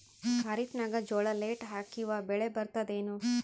ಖರೀಫ್ ನಾಗ ಜೋಳ ಲೇಟ್ ಹಾಕಿವ ಬೆಳೆ ಬರತದ ಏನು?